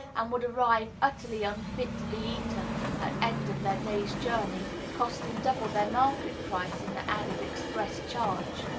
and would arrive utterly unfit to be eaten at end of their day's journey, costing double their market price in the added express charge.